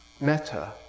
metta